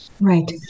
Right